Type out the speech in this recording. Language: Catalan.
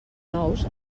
nous